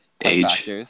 Age